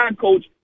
coach